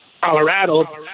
Colorado